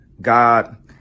God